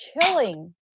chilling